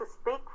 speak